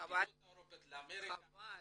למדינות אירופה, לאמריקה --- חבל.